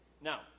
Now